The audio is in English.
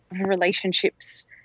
relationships